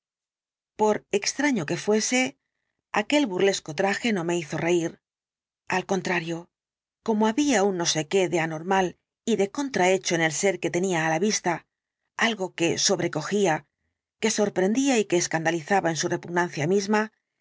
por extraño que fuese aquel burlesco traje no me hizo reír al contrario como había un no sé qué de anormal y de contrahecho en el ser que tenía á la vista algo que sobrecogía que sorprendía y que escandalizaba en su repugnancia misma